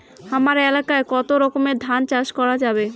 হামার এলাকায় কতো রকমের ধান চাষ করা যাবে?